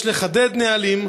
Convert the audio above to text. יש לחדד נהלים,